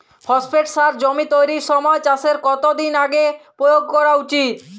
Phosphate সার জমি তৈরির সময় চাষের কত দিন আগে প্রয়োগ করা উচিৎ?